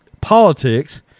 politics